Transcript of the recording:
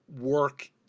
work